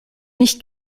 nicht